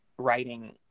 writing